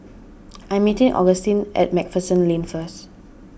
I'm meeting Augustine at MacPherson Lane first